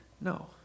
No